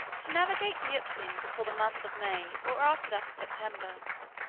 to navigate the euxine before the month of may, or after that of september,